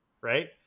right